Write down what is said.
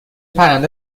پرنده